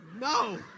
No